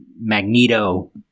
Magneto